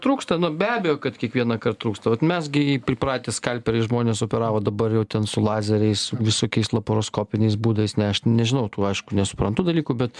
trūksta nu be abejo kad kiekvienąkart trūksta vat mes gi pripratę skalpeliais žmonės operavo dabar jau ten su lazeriais visokiais laparoskopiniais būdais ne aš nežinau tų aišku nesuprantu dalykų bet